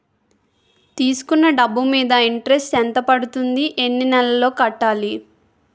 తీసుకున్న డబ్బు మీద ఇంట్రెస్ట్ ఎంత పడుతుంది? ఎన్ని నెలలో కట్టాలి?